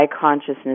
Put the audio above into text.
consciousness